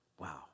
wow